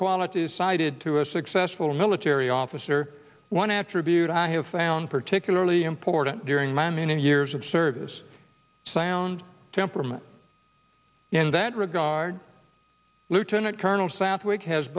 qualities cited to a successful military officer one attribute i have found particularly important during my many years of service sound temperament in that regard lieutenant colonel southwick has